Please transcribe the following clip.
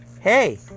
Hey